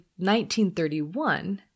1931